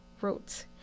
wrote